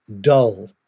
dull